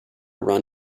run